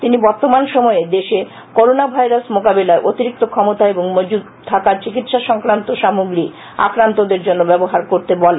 তিনি বর্তমান সময়ে দেশে করোনা ভাইরাস মোকাবিলায় অতিরিক্ত ক্ষমতা এবং মজুত থাকা চিকিৎসা সংক্রান্ত সামগ্রী আক্রান্তদের জন্য ব্যবহার করতে বলেন